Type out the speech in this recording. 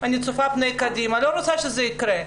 אני צופה פני קדימה ואני לא רוצה שזה יקרה,